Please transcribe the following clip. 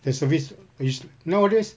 and service which nowadays